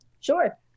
Sure